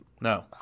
No